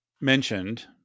mentioned